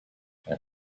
and